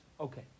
Okay